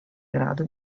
grado